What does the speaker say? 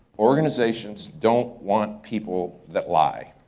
organizations don't want people that lie.